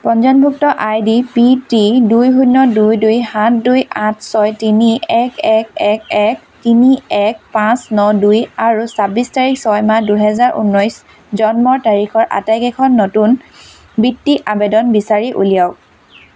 পঞ্জীয়নভুক্ত I D P T দুই শূন্য দুই দুই সাত দুই আঠ ছয় তিনি এক এক এক এক তিনি এক পাঁচ ন দুই আৰু ছাব্বিছ তাৰিখ ছয় মাহ দুহেজাৰ ঊনৈছ জন্মৰ তাৰিখৰ আটাইকেইখন নতুন বৃত্তি আৱেদন বিচাৰি উলিয়াওক